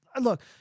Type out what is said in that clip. Look